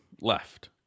left